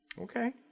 Okay